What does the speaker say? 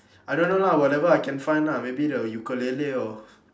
I don't know lah whatever I can find lah maybe the ukulele or